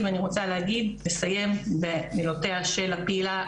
ואני רוצה לסיים במילותיה של הפעילה הבורג'ינית,